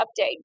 update